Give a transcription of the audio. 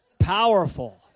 powerful